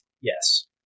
Yes